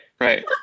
right